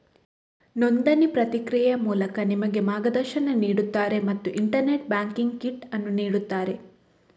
ನೋಂದಣಿ ಪ್ರಕ್ರಿಯೆಯ ಮೂಲಕ ನಿಮಗೆ ಮಾರ್ಗದರ್ಶನ ನೀಡುತ್ತಾರೆ ಮತ್ತು ಇಂಟರ್ನೆಟ್ ಬ್ಯಾಂಕಿಂಗ್ ಕಿಟ್ ಅನ್ನು ನೀಡುತ್ತಾರೆ